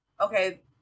okay